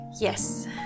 Yes